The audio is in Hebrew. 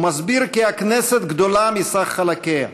ומסביר שהכנסת גדולה מסך חלקיה,